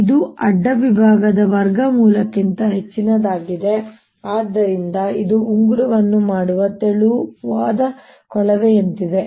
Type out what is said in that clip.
ಇದು ಅಡ್ಡ ವಿಭಾಗದ ವರ್ಗಮೂಲಕ್ಕಿಂತ ಹೆಚ್ಚಿನದಾಗಿದೆ ಆದ್ದರಿಂದ ಇದು ಉಂಗುರವನ್ನು ಮಾಡುವ ತೆಳುವಾದ ಕೊಳವೆಯಂತಿದೆ